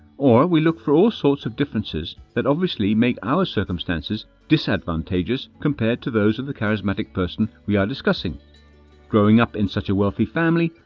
or look for all sorts of differences that obviously make our circumstances disadvantageous compared to those of the charismatic person we are discussing growing up in such a wealthy family,